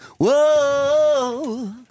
Whoa